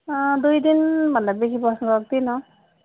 दुई दिनभन्दा बेसी बस्न सक्दिनँ